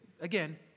Again